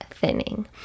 thinning